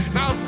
Now